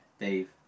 Dave